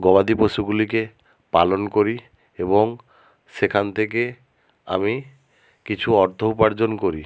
গবাদি পশুগুলিকে পালন করি এবং সেখান থেকে আমি কিছু অর্থ উপার্জন করি